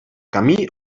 camí